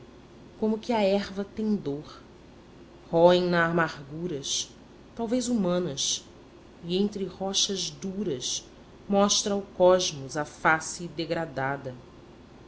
como que a erva tem dor roem na amarguras talvez humanas e entre rochas duras mostra ao cosmos a face degradada